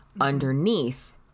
Underneath